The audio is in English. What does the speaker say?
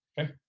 Okay